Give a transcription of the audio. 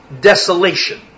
desolation